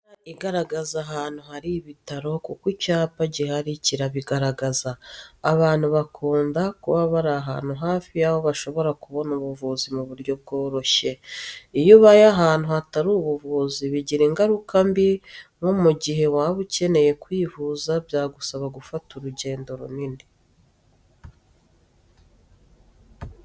Inzu nziza igaragaza ahantu hari ibitaro kuko icyapa gihari kirabigaragaza, abantu bakunda kuba bari ahantu hafi yaho bashobora kubona ubuvuzi mu buryo bworoshye. Iyo ubaye ahantu hatari ubuvuzi bigira ingaruka mbi nko mu gihe waba ukeneye kwivuza byagusaba gufata urugendo runini.